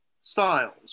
styles